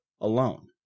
alone